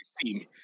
team